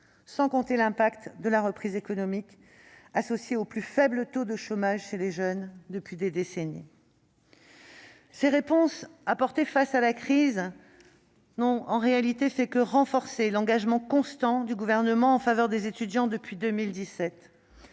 sans compter l'impact de la reprise économique, associé au plus faible taux de chômage observé chez les jeunes depuis des décennies. Ces réponses à la crise n'ont en réalité fait que renforcer l'engagement constant du Gouvernement en faveur des étudiants depuis 2017